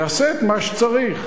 יעשה את מה שצריך.